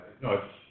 no